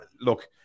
Look